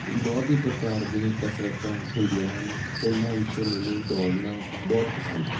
ਬਹੁਤ ਹੀ ਪ੍ਰਕਾਰ ਦੀਆਂ ਕਸਰਤਾਂ ਹੁੰਦੀਆਂ ਹਨ ਉਹਨਾਂ ਵਿੱਚੋਂ ਮੈਨੂੰ ਦੌੜਨਾ ਬਹੁਤ ਪਸੰਦ ਹੈ